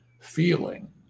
feeling